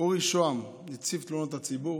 אורי שוהם, נציב תלונות הציבור,